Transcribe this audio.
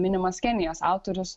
minimas kenijos autorius